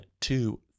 two